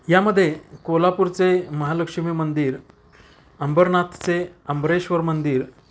यामध्ये कोल्हापूरचे महालक्ष्मी मंदिर अंबरनाथचे अंबरेश्वर मंदिर